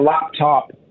laptop